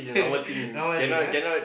normal thing ah